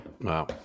Wow